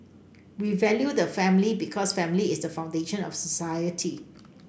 we value the family because family is the foundation of society